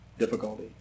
difficulty